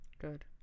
good